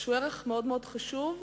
שהוא ערך מאוד-מאוד חשוב,